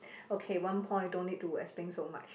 okay one point don't need to explain so much